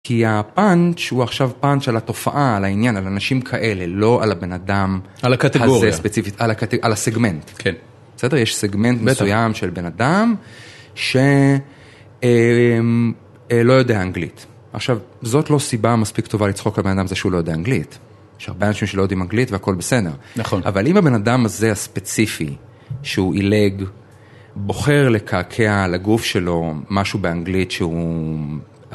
כי הפאנץ' הוא עכשיו פאנץ' על התופעה, על העניין, על אנשים כאלה, לא על הבן אדם הזה ספציפית, על הסגמנט. כן. בסדר? יש סגמנט מסוים של בן אדם, שלא יודע אנגלית. עכשיו, זאת לא סיבה מספיק טובה לצחוק על בן אדם זה שהוא לא יודע אנגלית. יש הרבה אנשים שלא יודעים אנגלית והכול בסדר. נכון. אבל אם הבן אדם הזה הספציפי, שהוא עילג, בוחר לקעקע על הגוף שלו משהו באנגלית שהוא...